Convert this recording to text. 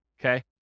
Okay